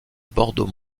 bordeaux